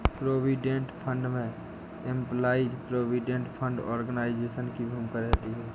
provident fund में employees provident fund organisation की भूमिका रहती है